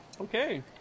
okay